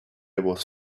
was